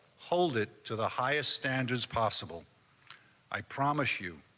hold it to the highest standards possible i promise you,